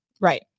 right